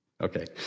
Okay